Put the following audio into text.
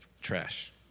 trash